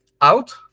out